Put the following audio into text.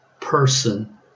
person